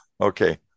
Okay